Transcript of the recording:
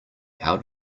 how